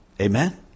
Amen